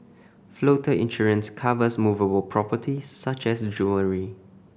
floater insurance covers movable properties such as jewellery